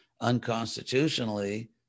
unconstitutionally